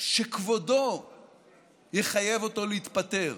שכבודו יחייב אותו להתפטר.